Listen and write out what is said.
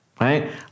right